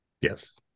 Yes